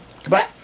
goodbye